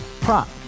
prop